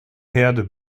herde